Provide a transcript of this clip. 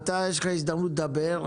הייתה לך הזדמנות לדבר,